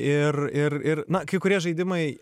ir ir ir na kai kurie žaidimai